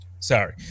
Sorry